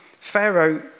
Pharaoh